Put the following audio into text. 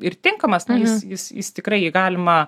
ir tinkamas jis jis tikrai jį galima